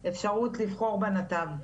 אפשרות לבחור בנתב.